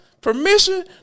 permission